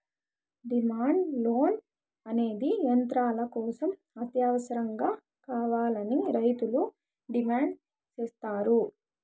demand loan అనేది యంత్రాల కోసం అత్యవసరంగా కావాలని రైతులు డిమాండ్ సేత్తారు